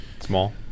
small